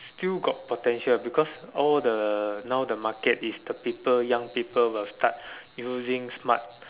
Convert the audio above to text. still got potential because all the now the market is the people young people will start using smart